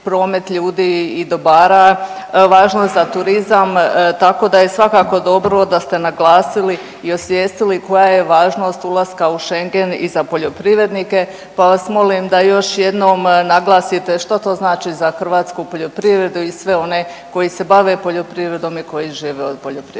promet ljudi i dobara, važno za turizam tako da je svakako dobro da ste naglasili i osvijestili koja je važnost ulaska u Schengen i za poljoprivrednike, pa vas molim da još jednom naglasite što to znači za hrvatsku poljoprivredu i sve one koji se bave poljoprivredom i koji žive od poljoprivrede.